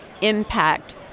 impact